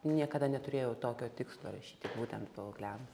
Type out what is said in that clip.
niekada neturėjau tokio tikslo rašyti būtent paaugliam